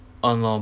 uh